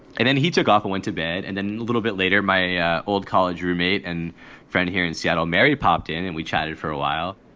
and then he took off. i went to bed. and then a little bit later, my ah old college roommate and friend here in seattle, mary, popped in and we chatted for a while.